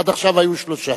עד עכשיו היו שלושה.